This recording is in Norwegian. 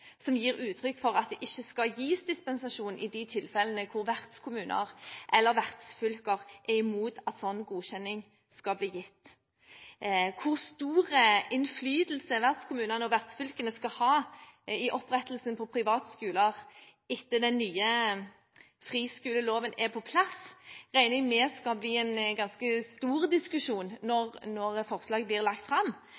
som gir uttrykk for at det ikke skal gis dispensasjon i de tilfellene der vertskommuner eller vertsfylker er imot at slik godkjenning skal bli gitt. Hvor stor innflytelse vertskommunene og vertsfylkene skal ha over opprettelsen av privatskoler etter at den nye friskoleloven er på plass, regner vi med vil bli en ganske stor diskusjon når